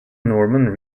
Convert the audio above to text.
norman